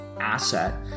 asset